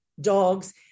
dogs